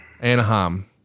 Anaheim